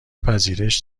پذیرش